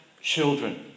children